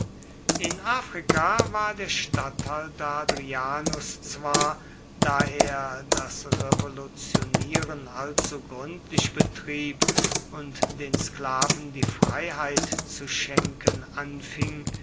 in africa war der statthalter hadrianus zwar da er das revolutionieren allzu gründlich betrieb und den sklaven die freiheit zu schenken anfing